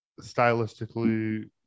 stylistically